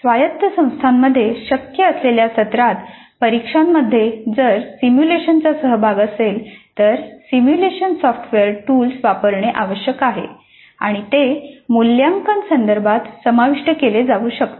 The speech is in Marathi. स्वायत्त संस्थांमध्ये शक्य असलेल्या सत्रांत परीक्षांमध्ये जर सिमुलेशनचा सहभाग असेल तर सिम्युलेशन सॉफ्टवेअर टूल्स वापरणे आवश्यक आहे आणि ते मूल्यांकन संदर्भात समाविष्ट केले जाऊ शकतात